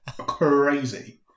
crazy